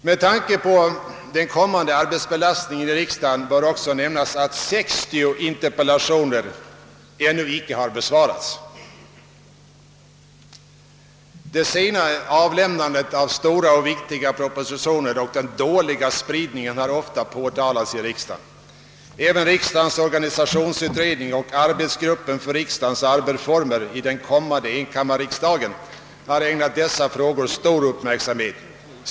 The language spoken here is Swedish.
Med tanke på den kommande arbetsbelastningen i riksdagen bör också nämnas att 60 interpellationer ännu inte besvarats. Det sena avlämnandet av stora och viktiga propositioner och den dåliga spridningen har ofta påtalats i riksdagen. Även riksdagens organisationsutredning och arbetsgruppen för riksdagens arbetsformer i den kommande enkammarriksdagen har ägnat dessa frågor stor uppmärksamhet.